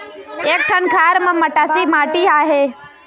एक ठन खार म मटासी माटी आहे?